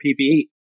PPE